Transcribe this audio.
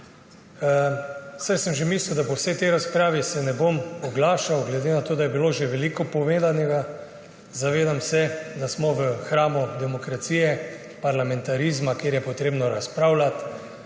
Saj sem že mislil, da se po vsej te razpravi ne bom oglašal glede na to, da je bilo že veliko povedanega. Zavedam se, da smo v hramu demokracije, parlamentarizma, kjer je potrebno razpravljati,